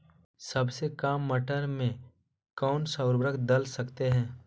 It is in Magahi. सबसे काम मटर में कौन सा ऊर्वरक दल सकते हैं?